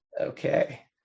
Okay